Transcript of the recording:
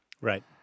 Right